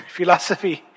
Philosophy